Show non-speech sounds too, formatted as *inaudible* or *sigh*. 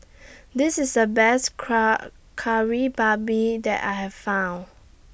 This IS The Best *unintelligible* Kari Babi that I Have found